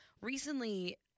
recently